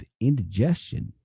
indigestion